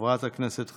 חברת הכנסת ח'טיב.